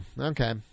okay